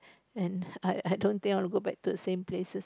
and I I don't think I want to go back to the same places